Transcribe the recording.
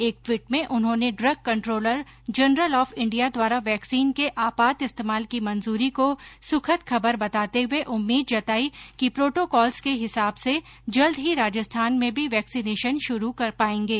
एक ट्वीट में उन्होने drug controller general of India द्वारा वैक्सीन के आपात इस्तेमाल की मंजूरी को सुखद खबर बताते हुये उम्मीद जताई कि प्रोटोकॉल्स के हिसाब से जल्द ही राजस्थान में भी वैक्सीनेशन शुरू कर पाएंगे